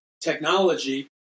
technology